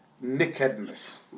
nakedness